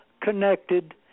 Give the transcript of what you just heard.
connected